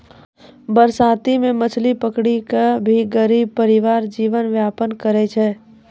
बरसाती मॅ मछली पकड़ी कॅ भी गरीब परिवार जीवन यापन करै छै